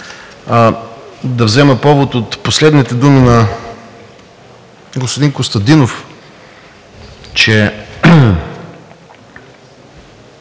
Да взема повод от последните думи на господин Костадинов, че